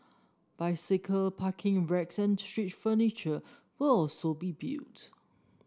bicycle parking racks and street furniture will also be built